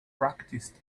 practiced